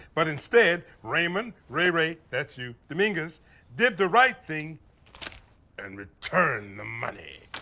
but instead raymond ray ray that's you, dominguez did the right thing and returned the money.